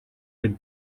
with